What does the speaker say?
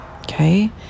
okay